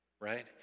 Right